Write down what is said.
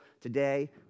today